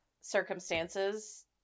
circumstances